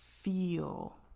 feel